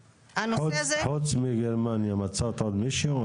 חוץ מגרמניה, מצאת עוד מישהו?